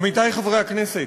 עמיתי חברי הכנסת,